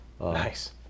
Nice